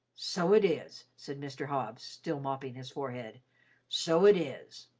so it is, said mr. hobbs, still mopping his forehead so it is.